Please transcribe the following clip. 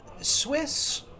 Swiss